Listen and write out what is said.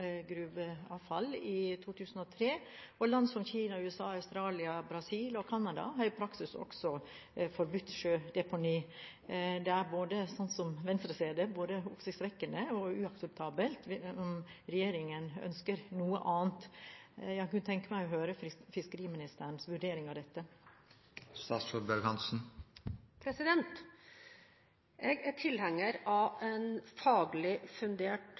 gruveavfall i 2003, og land som Kina, USA, Australia, Brasil og Canada har i praksis også forbudt sjødeponi. Slik Venstre ser det, er det både oppsiktsvekkende og uakseptabelt om regjeringen ønsker noe annet. Jeg kunne tenke meg å høre fiskeriministerens vurdering av dette. Jeg er tilhenger av en faglig fundert